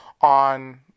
on